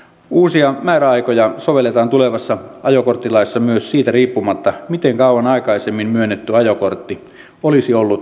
uusia määräaikoja sovelletaan tulevassa ajokorttilaissa myös siitä riippumatta miten kauan aikaisemmin myönnetty ajokortti olisi ollut voimassa